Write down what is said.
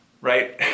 Right